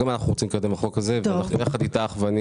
גם אנחנו רוצים לקדם את החוק הזה יחד איתך ואני